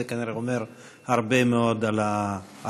זה כנראה אומר הרבה מאוד על האישיות.